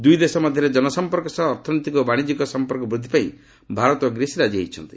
ଦୁଇ ଦେଶ ମଧ୍ୟରେ ଜନସମ୍ପର୍କ ସହ ଅର୍ଥନୈତିକ ଓ ବାଣିଜ୍ୟିକ ସମ୍ପର୍କ ବୃଦ୍ଧିପାଇଁ ଭାରତ ଓ ଗ୍ରୀସ୍ ରାଜି ହୋଇଛନ୍ତି